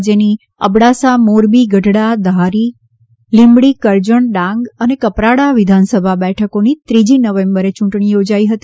રાજ્યની અબડાસા મોરબી ગઢડા ધારી લીંબડી કરજણ ડાંગ અને કપરાડા વિધાનસભા બેઠકોની ત્રીજી નવેમ્બરે યૂંટણી યોજાઇ હતી